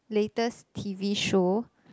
latest T_V show